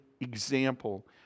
example